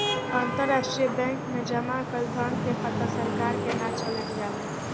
अंतरराष्ट्रीय बैंक में जामा कईल धन के पता सरकार के ना चले दियाला